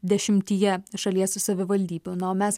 dešimtyje šalies savivaldybių na o mes